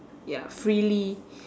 ya freely